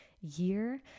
year